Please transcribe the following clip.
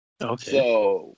okay